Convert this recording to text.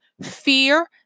fear